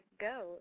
go